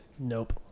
Nope